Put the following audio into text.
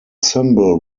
symbol